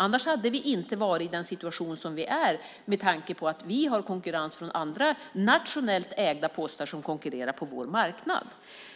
Annars hade vi inte varit i den situation som vi är i, med tanke på att vi har konkurrens från andra nationellt ägda postföretag som konkurrerar på vår marknad.